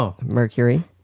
Mercury